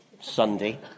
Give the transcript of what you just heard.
Sunday